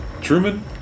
Truman